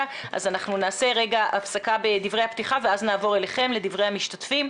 נעשה הפסקה בדברי הפתיחה לסרטון ונעבור אליכם לדברי המשתתפים.